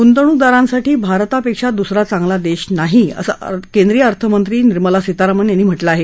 गुंतवणूकदारांसाठी भारतापेक्षा दुसरा चांगला देश नाही असं अर्थमंत्री निर्मला सीतारामन यांनी म्हटलं आहे